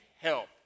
help